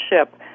ship